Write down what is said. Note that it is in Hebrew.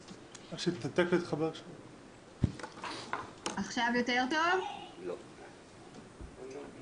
ולכן הנתונים הם נתונים מדגמיים בלבד ולא נתונים